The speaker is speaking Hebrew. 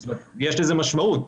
יש לזה משמעות.